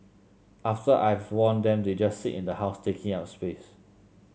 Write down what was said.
after I've worn them they just sit in the house taking up space